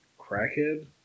crackhead